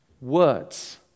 words